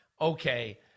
Okay